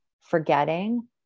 forgetting